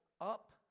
up